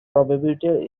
prohibited